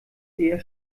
eher